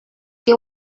que